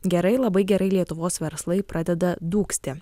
gerai labai gerai lietuvos verslai pradeda dūgzti